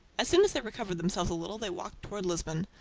as soon as they recovered themselves a little they walked toward lisbon.